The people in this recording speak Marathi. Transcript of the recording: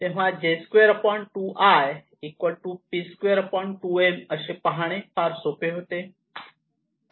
तेव्हा J2 2I p2 2m असे पाहणे फार सोपे होते